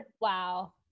Wow